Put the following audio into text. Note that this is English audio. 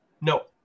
No